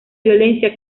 violencia